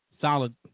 solid